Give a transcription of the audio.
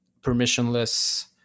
permissionless